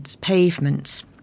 pavements